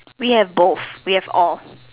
we have both we have all